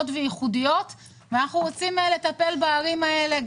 וייחודיות ואנחנו רוצים לטפל בערים הללו.